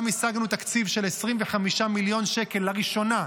גם הקצבנו תקציב של 25 מיליון שקל לראשונה,